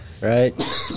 Right